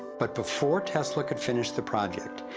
but before tesla could finish the project,